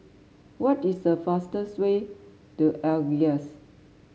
what is the fastest way to Algiers